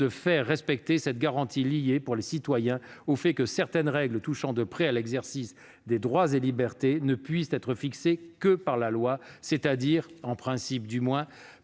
de faire respecter cette garantie, liée, pour les citoyens, au fait que certaines règles touchant de près à l'exercice des droits et libertés ne peuvent être fixées que par la loi, c'est-à-dire, en principe, du moins,